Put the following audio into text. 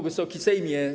Wysoki Sejmie!